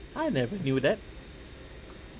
I never knew that